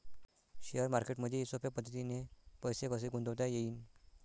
Share मार्केटमधी सोप्या पद्धतीने पैसे कसे गुंतवता येईन?